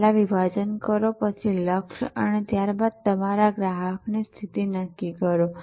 પેલા વિભાજન કરો પછી લક્ષ્ય અને ત્યાર બાદ તમારા ગ્રાહક ની સ્થિતિ નક્કી કરો